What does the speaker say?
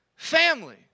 family